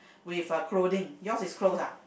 with a clothing yours is closed ah